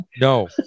No